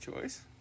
choice